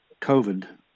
COVID